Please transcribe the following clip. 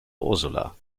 ursula